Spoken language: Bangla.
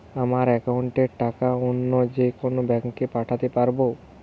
আমার একাউন্টের টাকা অন্য যেকোনো ব্যাঙ্কে পাঠাতে পারব?